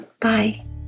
bye